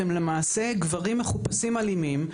הן למעשה גברים מחופשים אלימים,